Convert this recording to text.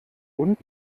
und